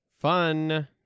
Fun